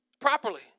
properly